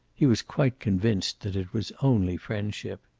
he was quite convinced that it was only friendship.